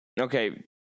okay